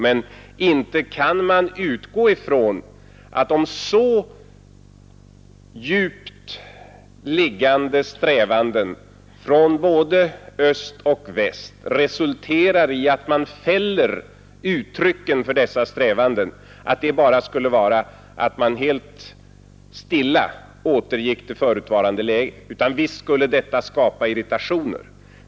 Men inte kan man utgå ifrån att, om så djupt liggande strävanden från både öst och väst resulterar i att man fäller uttrycken för dessa strävanden så skulle det bara innebära att man helt stilla återgick till förutvarande läge. Visst skulle detta skapa irritationer.